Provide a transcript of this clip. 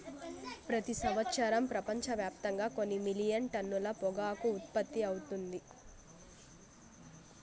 ప్రతి సంవత్సరం ప్రపంచవ్యాప్తంగా కొన్ని మిలియన్ టన్నుల పొగాకు ఉత్పత్తి అవుతుంది